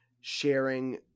sharing